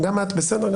כולם.